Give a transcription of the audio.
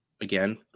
Again